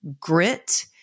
grit